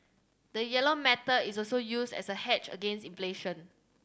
the yellow metal is also used as a hedge against inflation